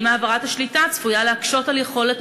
האם העברת השליטה צפויה להקשות על יכולת